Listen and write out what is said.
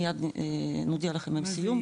מיד נודיע לכם עם הסיום.